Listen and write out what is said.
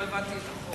לא הבנתי את החוק.